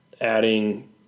Adding